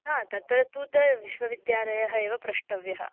हा तत्र तु तत् विश्वविद्यालयः एव प्रष्टव्यः